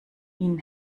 ihnen